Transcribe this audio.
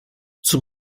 zum